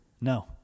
No